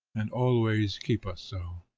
and always keep us so.